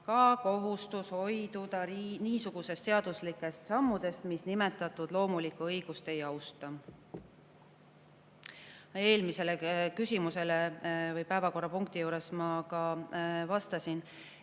ka kohustus hoiduda niisugustest seaduslikest sammudest, mis nimetatud loomulikku õigust ei austa? Eelmise küsimuse või päevakorrapunkti juures ma juba vastasin,